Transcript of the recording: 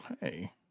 Hey